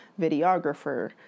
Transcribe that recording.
videographer